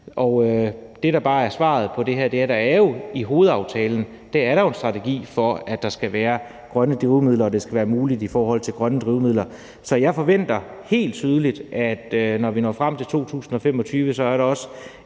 Og det, der bare er svaret på det her, er, at der jo i hovedaftalen er en strategi for, at der skal være grønne drivmidler, og at det skal være muligt i forhold til grønne drivmidler. Så jeg forventer helt tydeligt, at når vi når frem til 2025, så er der også